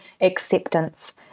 acceptance